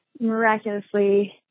miraculously